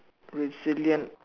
resilient